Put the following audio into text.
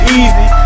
easy